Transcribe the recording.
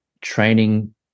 training